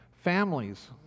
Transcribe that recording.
Families